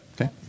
Okay